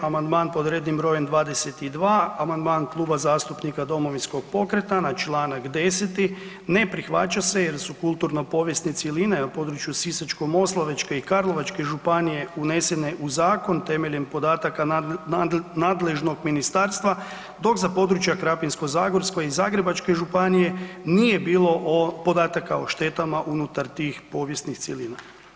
Amandman pod rednim brojem 22, amandman Kluba zastupnika Domovinskog pokreta na čl. 10. ne prihvaća se jer su kulturno-povijesno cjeline na području Sisačko-moslavačke i Karlovačke županije unesene u zakon temeljem podataka nadležnog ministarstva dok za područja Krapinsko-zagorske i Zagrebačke županije, nije bilo podataka o štetama unutar tih povijesnih cjelina.